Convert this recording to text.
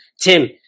Tim